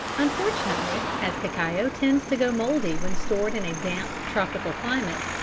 unfortunately, as cacao tends to go mouldy when stored in a damp tropical climate,